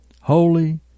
holy